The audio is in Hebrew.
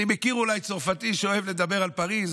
אני מכיר אולי צרפתי שאוהב לדבר על פריז,